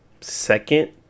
second